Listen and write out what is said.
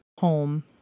home